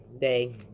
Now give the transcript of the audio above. day